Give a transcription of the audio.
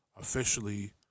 officially